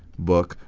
book.